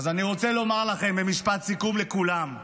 אז אני רוצה לומר לכם במשפט סיכום, לכולם: